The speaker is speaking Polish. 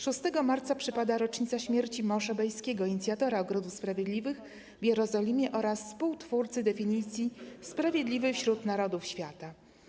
6 marca przypada rocznica śmierci Mosze Bejskiego, inicjatora ogrodu sprawiedliwych w Jerozolimie oraz współtwórcy definicji: Sprawiedliwy wśród Narodów Świata.